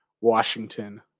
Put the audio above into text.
Washington